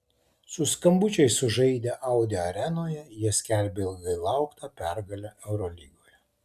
su skambučiais sužaidę audi arenoje jie skelbė ilgai lauktą pergalę eurolygoje